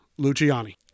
luciani